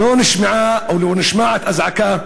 לא נשמעת אזעקה,